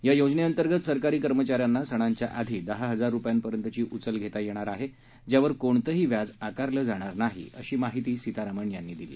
या योजनेअंतर्गत सरकारी कर्मचाऱ्यांना सणांच्याआधी दहा हजार रुपयांपर्यंतची उचल घेता येऊ शकते ज्यावर कोणतंही व्याज आकारलं जाणार नाही अशी माहिती सीतारामन यांनी दिली